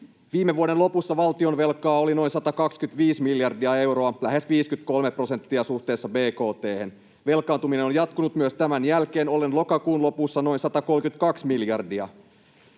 Viime vuoden lopussa valtionvelkaa oli noin 125 miljardia euroa, lähes 53 prosenttia suhteessa bkt:hen. Velkaantuminen on jatkunut myös tämän jälkeen ollen lokakuun lopussa noin 132 miljardia.